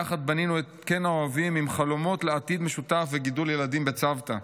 יחד בנינו קן אוהבים עם חלומות לעתיד משותף וגידול ילדים בצוותא.